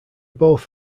both